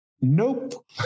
Nope